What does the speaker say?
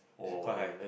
it's quite high